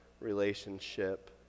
relationship